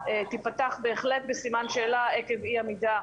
תיפתח בהחלט בסימן שאלה עקב אי עמידה